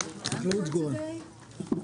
סגורה.